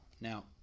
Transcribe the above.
Now